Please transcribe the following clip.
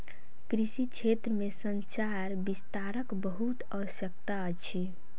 कृषि क्षेत्र में संचार विस्तारक बहुत आवश्यकता अछि